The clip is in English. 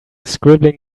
scribbling